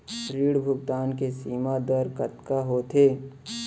ऋण भुगतान के सीमा दर कतका होथे?